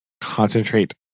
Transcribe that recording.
concentrate